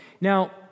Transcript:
Now